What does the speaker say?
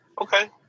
Okay